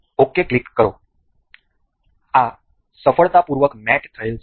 ok click કરો આ સફળતાપૂર્વક મેટ થયેલ છે